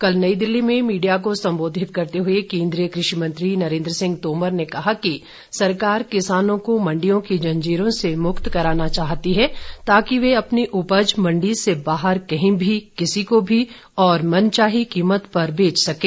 कल नई दिल्ली में मीडिया को संबोधित करते हुए केंद्रीय कृषि मंत्री नरेन्द्र सिंह तोमर ने कहा कि सरकार किसानों को मंडियों की जंजीरों से मुक्त कराना चाहती है ताकि वे अपनी उपज मंडी से बाहर कहीं भी किसी को भी और मनचाही कीमत पर बेच सकें